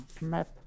map